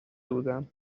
بودم